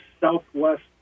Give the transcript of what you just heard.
southwest